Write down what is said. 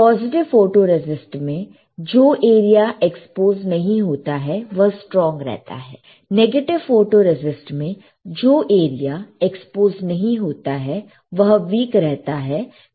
positive photoresist में जो area expose नहीं होता है वह स्ट्रांग रहता है नेगेटिव फोटोरेसिस्ट में जो एरिया एक्सपोज नहीं होता है वह विक रहता है